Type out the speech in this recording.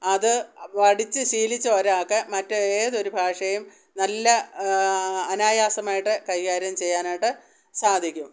അത് പഠിച്ച് ശീലിച്ച ഒരാൾക്ക് മറ്റ് ഏതൊരു ഭാഷയും നല്ല അനായാസമായിട്ട് കൈകാര്യം ചെയ്യാനായിട്ട് സാധിക്കും